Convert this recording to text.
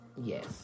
Yes